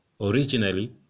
originally